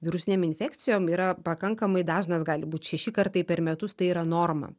virusinėm infekcijom yra pakankamai dažnas gali būt šeši kartai per metus tai yra norma